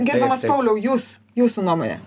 gerbiamas pauliau jūs jūsų nuomonė